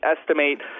estimate